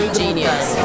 genius